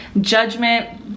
judgment